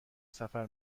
سفر